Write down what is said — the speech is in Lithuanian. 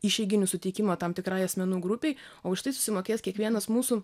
išeiginių suteikimą tam tikrai asmenų grupei o už tai susimokės kiekvienas mūsų